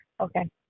Okay